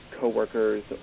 coworkers